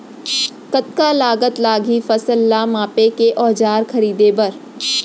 कतका लागत लागही फसल ला मापे के औज़ार खरीदे बर?